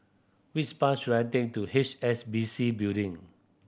which bus should I take to H S B C Building